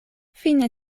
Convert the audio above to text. fine